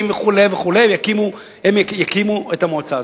וכו' וכו' הם יקימו את המועצה הזאת.